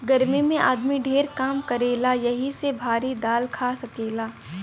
गर्मी मे आदमी ढेर काम करेला यही से भारी दाल खा सकेला